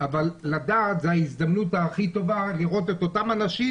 אבל לדעת זו ההזדמנות הכי טובה לראות את אותם אנשים,